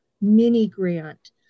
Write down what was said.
mini-grant